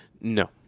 No